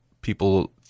people